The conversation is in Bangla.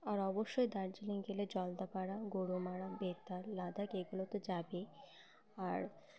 আর অবশ্যই দার্জিলিং গেলে জলদাপাড়া গরুমাড়া বেতলা লাদাখ এগুলো তো যাবেই আর